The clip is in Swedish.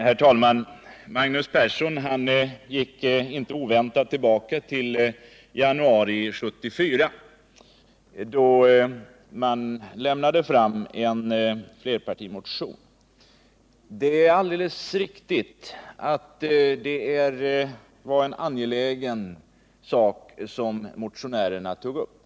Herr talman! Magnus Persson gick inte oväntat tillbaka till januari 1974, då man lämnade fram en fempartimotion. Det är alldeles riktigt att det var en angelägen sak som motionärerna tog upp.